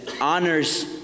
honors